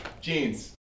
jeans